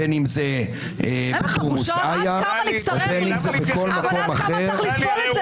בין אם זה בתורמוס עייא ובין אם זה בכל מקום אחר.